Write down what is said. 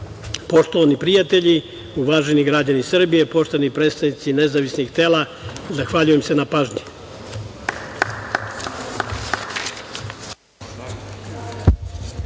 za. Poštovani prijatelji, uvaženi građani Srbije, poštovani predstavnici nezavisnih tela, zahvaljujem se na pažnji.